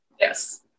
Yes